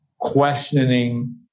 questioning